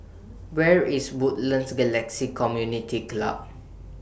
Where IS Woodlands Galaxy Community Club